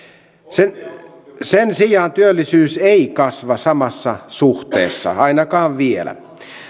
sen sijaan työllisyys ei kasva samassa suhteessa ainakaan vielä